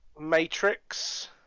Matrix